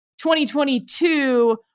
2022